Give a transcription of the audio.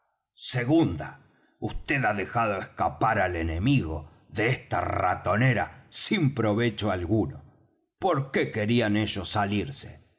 segunda vd ha dejado escapar al enemigo de esta ratonera sin provecho alguno por qué querían ellos salirse